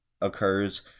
occurs